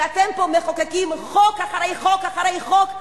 ואתם פה מחוקקים חוק אחרי חוק אחרי חוק,